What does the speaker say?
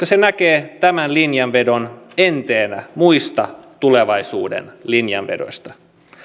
se näkee tämän linjanvedon enteenä muista tulevaisuuden linjanvedoista